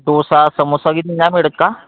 डोसा समोसा नाही मिळत का